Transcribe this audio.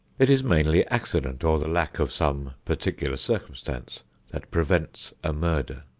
it is mainly accident or the lack of some particular circumstance that prevents a murder.